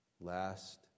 last